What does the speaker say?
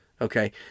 Okay